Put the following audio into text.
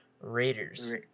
Raiders